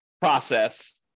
process